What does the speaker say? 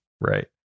Right